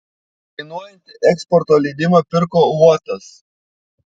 kainuojantį eksporto leidimą pirko uotas